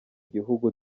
gihugu